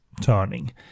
turning